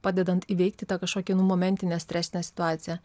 padedant įveikti tą kažkokią nu momentinę stresinę situaciją